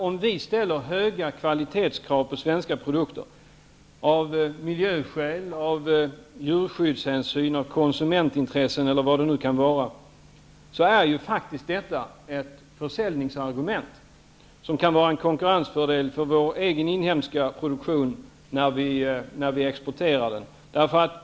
Om vi ställer höga kvalitetskrav på svenska produkter -- av miljöskäl, av djurskyddshänsyn, som ett konsumentintresse eller vad det nu kan vara -- är faktiskt detta ett försäljningsargument som kan vara en konkurrensfördel för vår inhemska produktion när vi exporterar den.